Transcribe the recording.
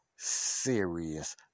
serious